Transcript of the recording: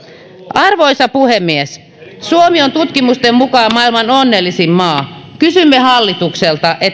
arvoisa puhemies suomi on tutkimusten mukaan maailman onnellisin maa kysymme hallitukselta